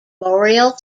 boreal